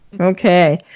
Okay